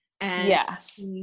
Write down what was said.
Yes